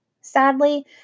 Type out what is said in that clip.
Sadly